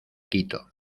quito